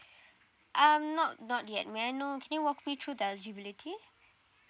um not not yet may I know can you walk me through the usability